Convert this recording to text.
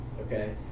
Okay